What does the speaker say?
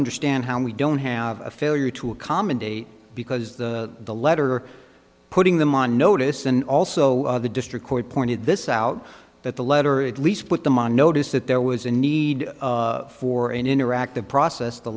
understand how we don't have a failure to accommodate because the letter putting them on notice and also the district court pointed this out that the letter at least put them on notice that there was a need for an interactive process the